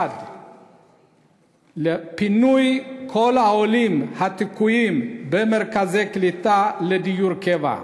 1. לפנות את כל העולים התקועים במרכזי קליטה לדיור קבע,